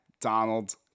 Donald